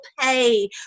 pay